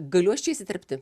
galiu aš čia įsiterpti